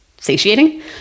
satiating